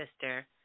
sister